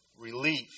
relief